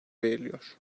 veriliyor